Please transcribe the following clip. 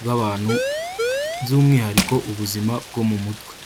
bw'abantu by'umwihariko ubuzima bwo mu mutwe.